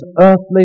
earthly